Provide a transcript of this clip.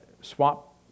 swap